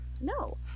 no